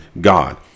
God